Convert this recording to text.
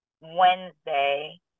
Wednesday